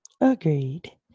Agreed